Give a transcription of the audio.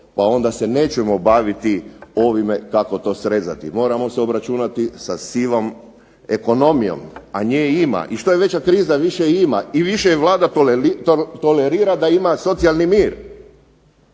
pa onda se nećemo baviti ovime kako to srezati. Moramo se obračunati sa sivom ekonomijom, a nje ima, i što je veća kriza više i ima, i više je Vlada tolerira da ima socijalni mir.